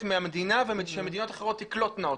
מהמדינה ושמדינות אחרות תקלוטנה אותנו.